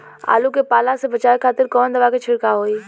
आलू के पाला से बचावे के खातिर कवन दवा के छिड़काव होई?